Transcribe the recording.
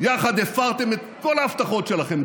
יחד הפרתם את כל ההבטחות שלכם,